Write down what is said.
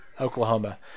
Oklahoma